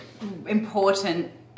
important